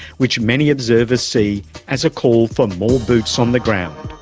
which many observers see as a call for more boots on the ground.